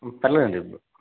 పర్లేదండి